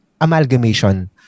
amalgamation